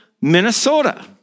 Minnesota